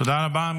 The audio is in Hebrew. תודה רבה.